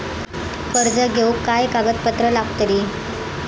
कर्ज घेऊक काय काय कागदपत्र लागतली?